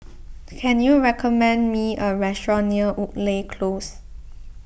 can you recommend me a restaurant near Woodleigh Close